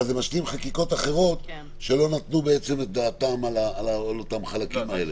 אבל זה משלים חקיקות אחרות שלא נתנו בעצם את דעתן על החלקים האלה.